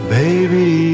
baby